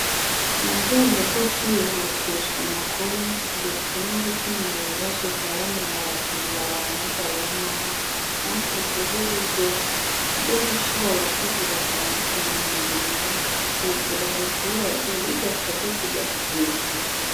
Mu rwego rwo kwihutisha amakuru ndetse no gukemura ibibazo bya bamwe mu bakiriya ba mobayiro mane, hashyizweho uburyo bwo gushyira abakozi batandukanye mu mirimo, bakegera abaturage bidasabwe kujya ku cyicaro.